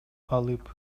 алып